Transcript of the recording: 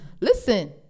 listen